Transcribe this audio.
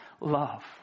Love